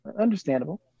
understandable